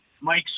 Mike